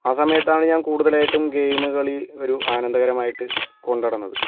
ആ സമയത്താണ് ഞാൻ കൂടുതലായിട്ടും ഗെയിമ് കളി ഒരു ആനന്ദകരമായിട്ട് കൊണ്ട് നടന്നത്